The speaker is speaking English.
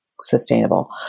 sustainable